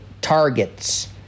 targets